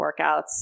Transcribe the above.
workouts